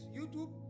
YouTube